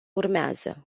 urmează